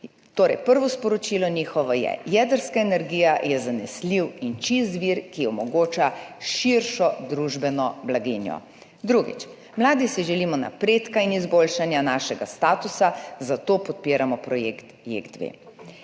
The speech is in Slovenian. Torej, prvo njihovo sporočilo je, jedrska energija je zanesljiv in čist vir, ki omogoča širšo družbeno blaginjo. Drugič, mladi si želimo napredka in izboljšanja našega statusa, zato podpiramo projekt JEK2.